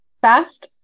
Fast